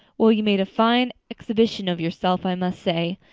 well, you made a fine exhibition of yourself i must say.